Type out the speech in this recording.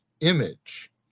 image